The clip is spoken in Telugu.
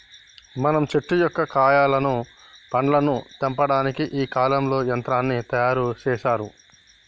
మనం చెట్టు యొక్క కాయలను పండ్లను తెంపటానికి ఈ కాలంలో యంత్రాన్ని తయారు సేసారు